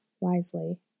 wisely